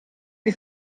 die